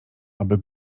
aby